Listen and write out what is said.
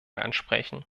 ansprechen